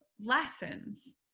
lessons